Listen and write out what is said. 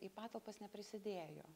į patalpas neprisidėjo